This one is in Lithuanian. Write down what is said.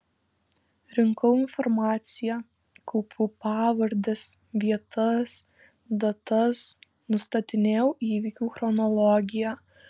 rinkau informaciją kaupiau pavardes vietas datas nustatinėjau įvykių chronologiją